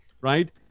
right